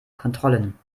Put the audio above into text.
kontrollen